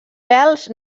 pèls